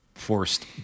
Forced